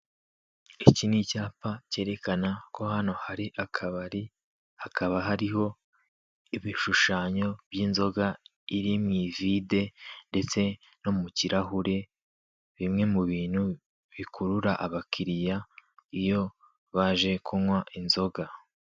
Iki ni icyapa kerekana ko hano hari akabari, hakaba hariho ibishushanyo by'inzoga iri mu ivide ndetse no mu kirahure, bimwe mu bintu bikurura abakiriya iyo baje kunywa inzoga.